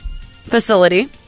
facility